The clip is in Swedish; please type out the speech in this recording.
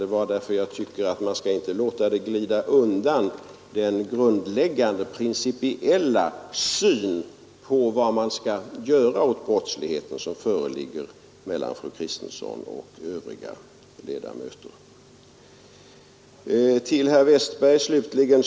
Det gjorde jag därför att jag inte tycker att man skall låta den grundläggande principiella skillnad i synen på vad som skall göras åt brottsligheten som föreligger mellan fru Kristensson och övriga ledamöter i kommissionen glida undan.